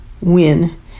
WIN